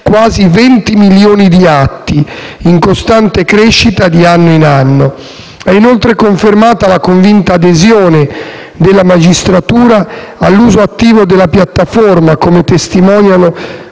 quasi 20 milioni di atti, in costante crescita di anno in anno. È, inoltre, confermata, la convinta adesione della magistratura all'uso attivo della piattaforma, come testimoniato